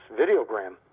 videogram